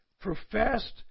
Professed